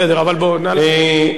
בסדר, אבל נא לסיים.